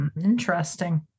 Interesting